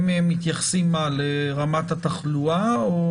הם מתייחסים על רמת התחלואה או